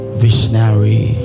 visionary